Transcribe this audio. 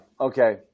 Okay